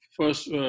first